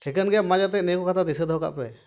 ᱴᱷᱤᱠᱟᱹᱱ ᱜᱮᱭᱟ ᱢᱟ ᱡᱟᱛᱮ ᱱᱤᱭᱟᱹ ᱠᱚ ᱠᱟᱛᱷᱟ ᱫᱤᱥᱟᱹ ᱫᱚᱦᱚ ᱠᱟᱜᱯᱮ